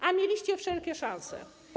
A mieliście wszelkie szanse.